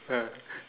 ah